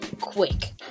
quick